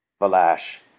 Valash